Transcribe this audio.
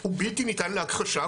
הוא בלתי ניתן להכחשה,